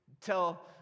tell